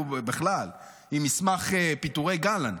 הוא בכלל, עם מסמך פיטורי גלנט.